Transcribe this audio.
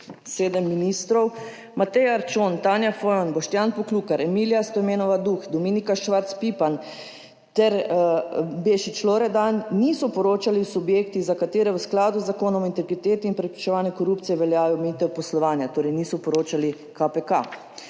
sedem ministrov, Matej Arčon, Tanja Fojan, Boštjan Poklukar, Emilija Stojmenova Duh, Dominika Švarc Pipan ter Bešič Loredan niso poročali subjekti, za katere v skladu z Zakonom o integriteti in preprečevanju korupcije velja omejitev poslovanja, torej niso poročali KPK.